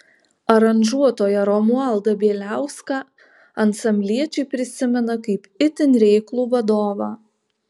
aranžuotoją romualdą bieliauską ansambliečiai prisimena kaip itin reiklų vadovą